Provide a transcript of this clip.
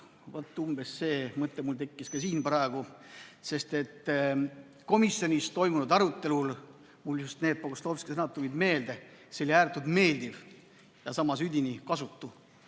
Vaat umbes see mõte mul tekkis ka siin praegu ja komisjonis toimunud arutelul tulid mulle just need Bogoslovski sõnad meelde, sest see oli ääretult meeldiv ja samas üdini kasutu.